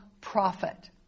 profit